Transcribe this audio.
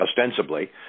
ostensibly